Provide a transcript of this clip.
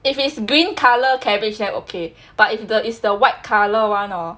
if it's green colour cabbage then okay but if the is the white colour one hor